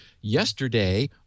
yesterday